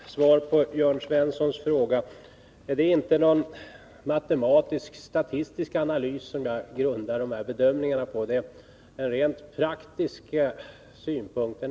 Herr talman! Svar på Jörn Svenssons fråga: Det är inte någon matematiskstatistisk analys som jag grundar de här bedömningarna på utan rent praktiska synpunkter.